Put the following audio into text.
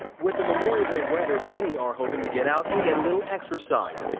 with the memorial day weather, many are hoping to get out and get a little exercise.